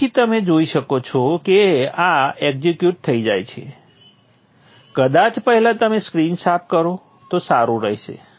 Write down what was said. તેથી તમે જોઇ શકો છો કે આ એક્ઝિક્યુટ થઈ જાય છે કદાચ પહેલાં તમે સ્ક્રીન સાફ કરો તો સારું રહેશે